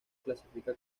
clasifica